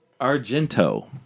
Argento